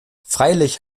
freilich